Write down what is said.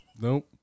Nope